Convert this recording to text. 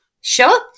Sure